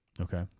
Okay